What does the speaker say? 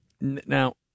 Now